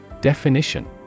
Definition